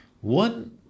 One